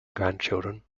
grandchildren